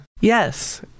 Yes